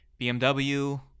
BMW